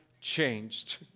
changed